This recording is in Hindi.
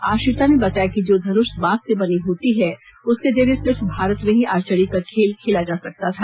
आश्रिता ने बताया कि जो धनुष बांस से बनी होती है उसके जरिये सिर्फ भारत में ही आर्चरी का खेल खेला जा सकता था